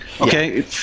Okay